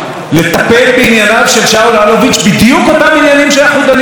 בדיוק אותם עניינים שאנחנו דנים בהם היום: העניינים שנוגעים לבזק,